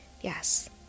Yes